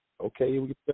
Okay